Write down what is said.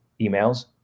emails